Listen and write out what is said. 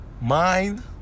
mind